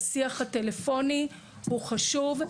השיח הטלפוני הוא חשוב,